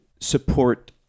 Support